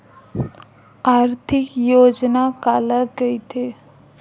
आर्थिक योजना काला कइथे?